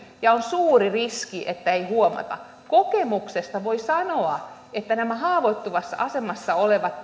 ja on suuri riski että ei huomata kokemuksesta voi sanoa että nämä haavoittuvassa asemassa olevat